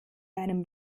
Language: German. einem